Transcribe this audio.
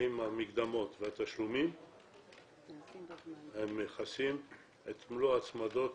האם המקדמות והתשלומים מכסים את מלוא ההצמדות